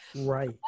right